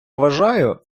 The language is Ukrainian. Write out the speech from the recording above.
вважаю